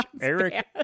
Eric